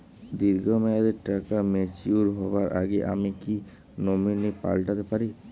দীর্ঘ মেয়াদি টাকা ম্যাচিউর হবার আগে আমি কি নমিনি পাল্টা তে পারি?